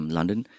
London